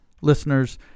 listeners